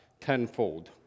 tenfold